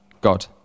God